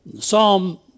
Psalm